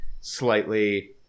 slightly